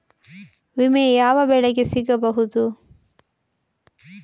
ವಿಮೆ ಯಾವ ಬೆಳೆಗೆ ಸಿಗಬಹುದು?